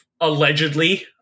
allegedly